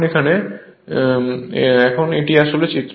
এখন এটি আসলে চিত্র